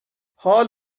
حال